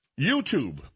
YouTube